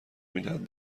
میدهد